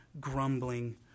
grumbling